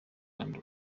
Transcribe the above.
lando